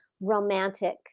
romantic